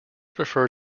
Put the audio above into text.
prefer